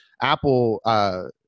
Apple